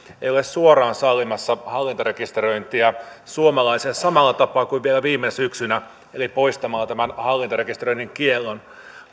ei ole suoraan sallimassa hallintarekisteröintiä suomalaisille samalla tapaa kuin vielä viime syksynä eli poistamalla tämän hallintarekisteröinnin kiellon